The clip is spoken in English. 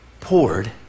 poured